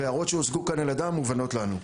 ההערות שהוצגו כאן על ידם מובנות לנו.